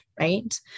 Right